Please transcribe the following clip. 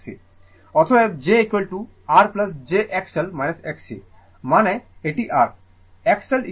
অতএব Z R j XL Xc মানে এটি R